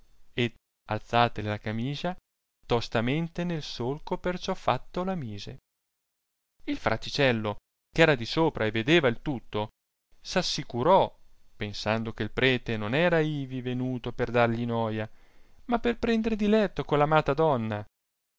ed alzatale la camiscia tostamente nel solco per ciò fatto la mise il fraticello che era di sopra e vedeva il tutto s'assicurò pensando che il prete non era ivi venuto per dargli noia ma per prender diietto con l'amata donna